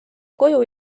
koju